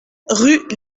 rue